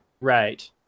Right